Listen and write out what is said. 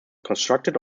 constructed